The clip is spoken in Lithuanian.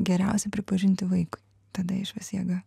geriausia pripažinti vaikui tada išvis jėga